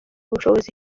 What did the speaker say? ubushobozi